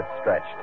stretched